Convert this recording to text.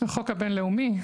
החוק הבין-לאומי?